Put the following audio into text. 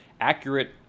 accurate